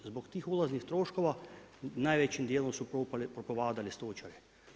Zbog tih ulaznih troškova, najvećim dijelom su to … stočari.